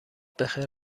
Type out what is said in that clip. بخیر